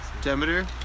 Demeter